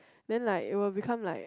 then like it will become like